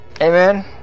Amen